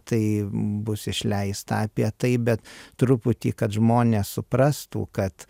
tai bus išleista apie tai bet truputį kad žmonės suprastų kad